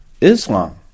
Islam